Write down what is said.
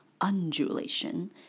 undulation